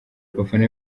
abafana